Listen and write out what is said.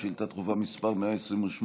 מס' 128,